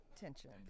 tension